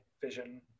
vision